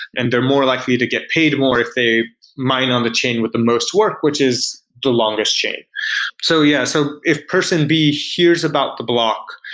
and they're more likely to get paid more if they mine on the chain with the most work, which is the longest chain so yeah, so if person b hears about the block,